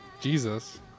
Jesus